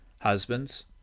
Husbands